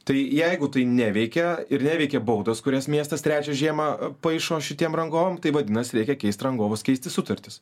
tai jeigu tai neveikia ir neveikė baudos kurias miestas trečią žiemą paišo šitiem rangovam tai vadinasi reikia keisti rangovus keisti sutartis